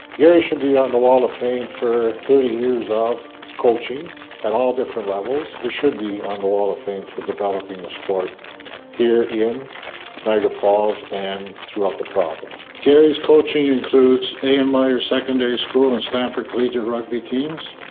gary should be on the wall of fame for thirty years of coaching at all different levels. he should be on the wall of fame for developing the sport here in niagara falls, and throughout the province. gary's coaching includes a n myer secondary school and stamford collegiate rugby teams,